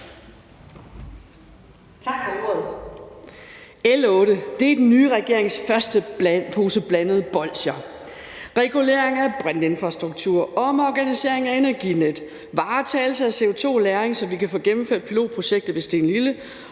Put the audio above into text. L 8 er den nye regerings første pose blandede bolsjer. Det er regulering af brintinfrastruktur, omorganisering af Energinet, varetagelse af CO2-lagring, så vi kan få gennemført pilotprojektet ved Stenlille,